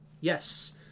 yes